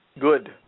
Good